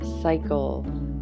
cycle